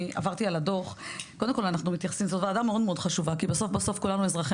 אני עברתי על הדוח קודם כל זאת וועדה מאוד חשובה כי בסוף כולנו אזרחי